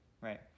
right